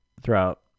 throughout